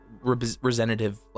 representative